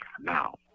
now